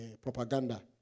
propaganda